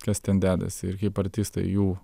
kas ten dedasi ir kaip artistai jų